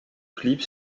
clip